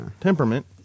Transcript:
temperament